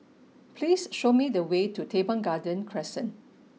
please show me the way to Teban Garden Crescent